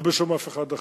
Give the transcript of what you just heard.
לא בשם אף אחד אחר.